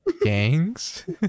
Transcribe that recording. gangs